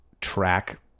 track